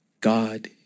God